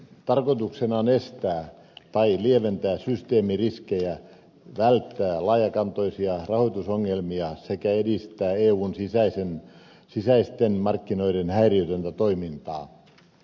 tarkoituksena on estää tai lieventää systeemiriskejä välttää laajakantoisia rahoitusongelmia sekä edistää eun sisäisten markkinoiden häiriötöntä toimintaa